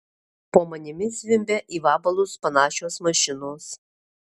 po manimi zvimbia į vabalus panašios mašinos